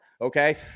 Okay